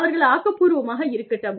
அவர்கள் ஆக்கப்பூர்வமாக இருக்கட்டும்